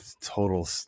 total